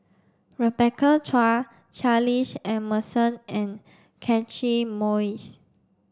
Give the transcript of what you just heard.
Rebecca Chua Charles Emmerson and Catchick Moses